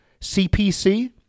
CPC